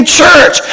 church